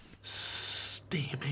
Steamy